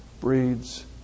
breeds